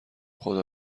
خدا